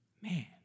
man